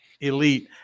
elite